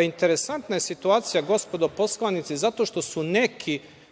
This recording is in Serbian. Interesantna je situacija, gospodo poslanici, zato što su neki